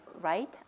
right